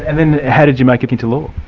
and then how did you make it in to law?